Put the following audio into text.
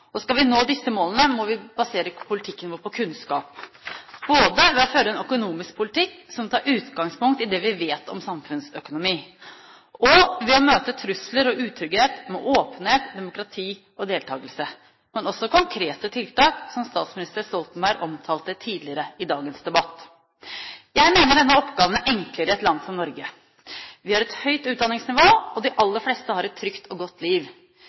Og skal vi nå disse målene, må vi basere politikken vår på kunnskap, både ved å føre en økonomisk politikk som tar utgangspunkt i det vi vet om samfunnsøkonomi, og ved å møte trusler og utrygghet med åpenhet, demokrati og deltagelse, men også konkrete tiltak som statsminister Stoltenberg omtalte tidligere i dagens debatt. Jeg mener denne oppgaven er enklere i et land som Norge. Vi har et høyt utdanningsnivå, og de aller fleste har et trygt og godt liv.